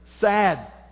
Sad